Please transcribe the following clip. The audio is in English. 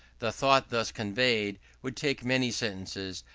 the thought thus conveyed would take many sentences,